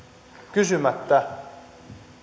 kysymättä